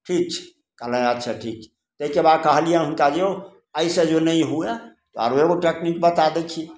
ठीक छै कहलनि अच्छा ठीक छै ताहिके बाद कहलिए हुनका यौ एहिसँ जँ नहि हुए तऽ आओर एगो टेक्निक बता दै छी